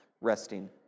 resting